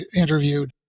interviewed